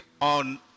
on